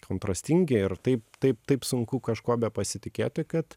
kontrastingi ir taip taip taip sunku kažkuo bepasitikėti kad